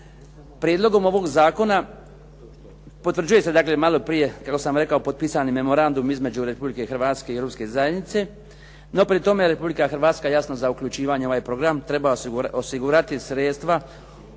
Prijedlogom ovog zakona potvrđuje se, maloprije kako sam rekao, potpisani Memorandum između Republike Hrvatske i Europske zajednice, no pri tome Republika Hrvatska jasno za uključivanje u ovaj program treba osigurati sredstva